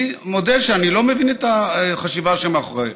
אני מודה שאני לא מבין את החשיבה מאחורי זה,